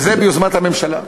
וזה ביוזמת הממשלה.